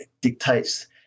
dictates